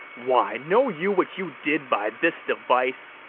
why, know you what you did by this device?